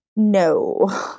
No